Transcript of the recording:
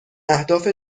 اهداف